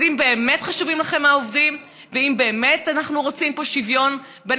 אז אם באמת חשובים לכם העובדים ואם באמת אנחנו רוצים פה שוויון בין